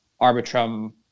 Arbitrum